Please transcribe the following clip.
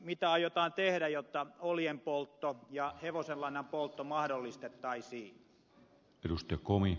mitä aiotaan tehdä jotta oljen ja hevosenlannan poltto mahdollistettaisiin